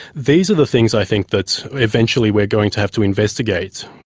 these are the things i think that eventually we are going to have to investigate.